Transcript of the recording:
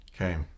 Okay